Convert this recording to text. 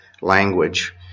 language